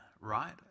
right